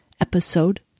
episode